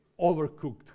overcooked